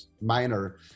minor